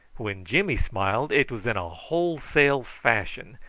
when jimmy smiled it was in a wholesale fashion,